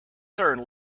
turn